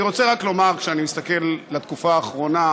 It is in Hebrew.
אני רוצה רק לומר, כשאני מסתכל על התקופה האחרונה,